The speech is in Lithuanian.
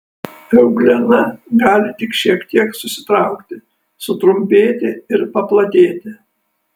euglena gali tik šiek tiek susitraukti sutrumpėti ir paplatėti